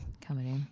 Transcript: Comedy